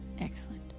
Excellent